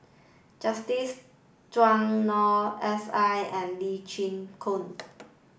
Justin Zhuang Noor S I and Lee Chin Koon